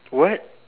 what